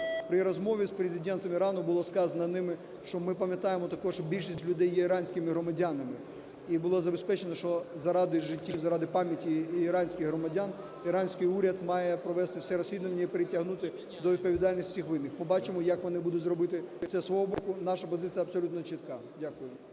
При розмові з Президентом Ірану було сказано ними, що ми пам'ятаємо також, що більшість людей є іранськими громадянами, і було забезпечено, що заради життів, заради пам'яті іранських громадян іранський уряд має провести це розслідування і притягнути до відповідальності винних. Побачимо, як вони будуть робити це з свого боку. Наша позиція абсолютно чітка. Дякую.